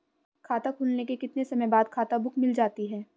खाता खुलने के कितने समय बाद खाता बुक मिल जाती है?